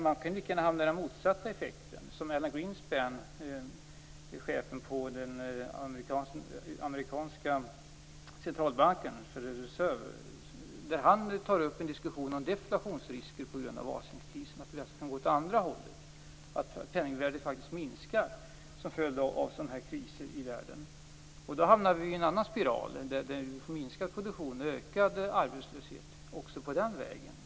Man kan lika gärna hamna i den motsatta effekten. Greenspan, chefen för den amerikanska centralbanken Federal Reserve, tar upp en diskussion om deflationsrisker på grund av Asienkrisen, att vi kan gå åt det andra hållet och att penningvärdet minskar som en följd av sådana här kriser i världen. Då hamnar vi i en annan spiral, där vi får minskad produktion och ökad arbetslöshet också den vägen.